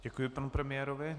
Děkuji panu premiérovi.